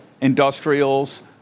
industrials